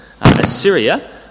Assyria